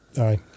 Aye